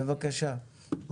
בבקשה שמואל.